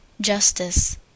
Justice